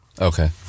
okay